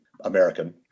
American